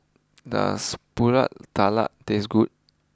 does Pulut Tatal taste good